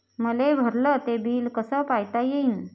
मले भरल ते बिल कस पायता येईन?